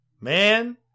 man